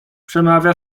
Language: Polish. przemawia